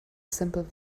simple